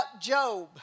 Job